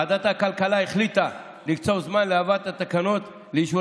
ועדת הכלכלה החליטה לקצוב זמן להבאת התקנות לאישור